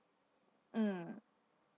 mm